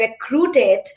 recruited